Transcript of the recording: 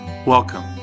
Welcome